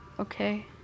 Okay